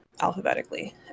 alphabetically